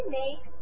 make